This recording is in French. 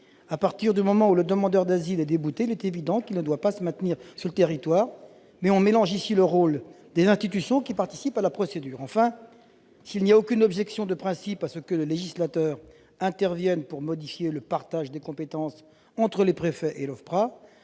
À partir du moment où un demandeur d'asile est débouté, il est évident qu'il ne doit pas se maintenir sur le territoire, mais cet article mélange les rôles des institutions qui participent à la procédure. Enfin, s'il n'y a aucune objection de principe à ce que le législateur intervienne pour modifier le partage des compétences entre les préfets et l'OFPRA,